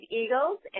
eagles